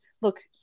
look